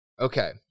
okay